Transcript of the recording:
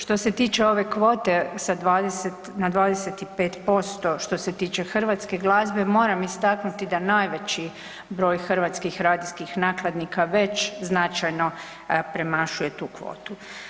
Što se tiče ove kvote sa 20 na 25% što se tiče hrvatske glazbe, moram istaknuti da najveći broj hrvatskih radijskih nakladnika već značajno premašuje tu kvotu.